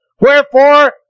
Wherefore